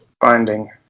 finding